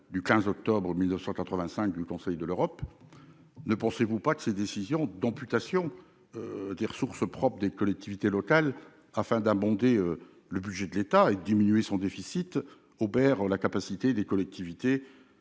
le 15 octobre 1985 par le Conseil de l'Europe. Ne pensez-vous pas que la décision d'amputer les ressources propres des collectivités locales, afin d'abonder le budget de l'État et de diminuer son déficit, obère la capacité de ces collectivités à